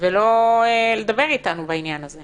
ולא לדבר איתנו בעניין הזה.